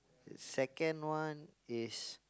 second one is